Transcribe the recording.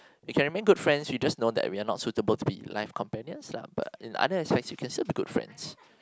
we can remain good friends you just know we are not suitable to be life companions lah but in other aspects we can still be good friends